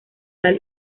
tal